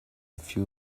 few